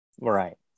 Right